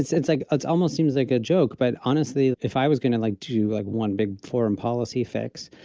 it's it's like, ah it's almost seems like a joke. but honestly, if i was gonna, like, do like one big foreign policy fix,